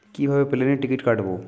কিভাবে প্লেনের টিকিট কাটব?